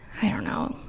i don't know.